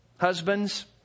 Husbands